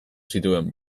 zituen